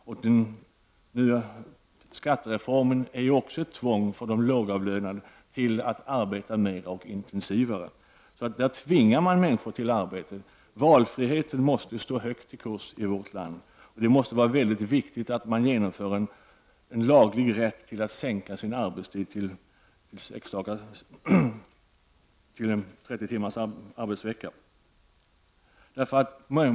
Också skattereformen innebär ett tvång för de lågavlönade att arbeta mera och intensivare. På detta sätt tvingar man alltså människor till arbete. Valfriheten måste stå högt i kurs i vårt land, och det måste vara viktigt att genomföra en laglig rätt att sänka sin arbetstid till 30 timmar i veckan.